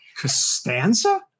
Costanza